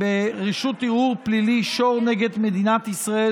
ברע"פ שור נ' מדינת ישראל